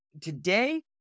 today